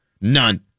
None